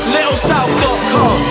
LittleSouth.com